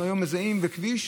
אנחנו היום מזהים בכביש,